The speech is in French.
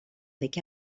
avec